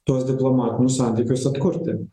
tuos diplomatinius santykius atkurti